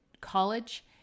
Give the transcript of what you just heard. College